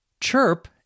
Chirp